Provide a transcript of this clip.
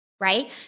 right